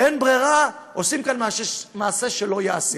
אין ברירה, עושים כאן מעשה שלא ייעשה.